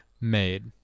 Made